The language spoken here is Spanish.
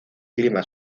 clima